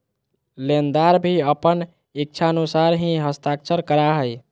लेनदार भी अपन इच्छानुसार ही हस्ताक्षर करा हइ